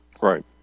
Right